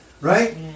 right